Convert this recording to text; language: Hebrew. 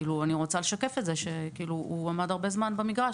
אני רוצה לשקף את זה שהוא עמד הרבה זמן במגרש.